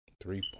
Three